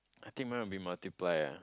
I think mine will be multiply ah